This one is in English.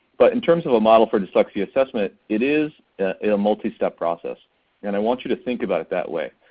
but in terms of a model for dyslexia assessment it is a multi-step process and i want you to think about it that way.